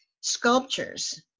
sculptures